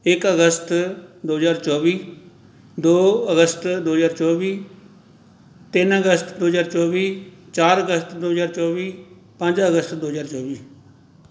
ਇੱਕ ਅਗਸਤ ਦੋ ਹਜ਼ਾਰ ਚੌਵੀ ਦੋ ਅਗਸਤ ਦੋ ਹਜ਼ਾਰ ਚੌਵੀ ਤਿੰਨ ਅਗਸਤ ਦੋ ਹਜ਼ਾਰ ਚੌਵੀ ਚਾਰ ਅਗਸਤ ਦੋ ਹਜ਼ਾਰ ਚੌਵੀ ਪੰਜ ਅਗਸਤ ਦੋ ਹਜ਼ਾਰ ਚੌਵੀ